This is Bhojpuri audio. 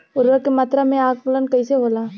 उर्वरक के मात्रा में आकलन कईसे होला?